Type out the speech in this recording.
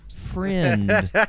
Friend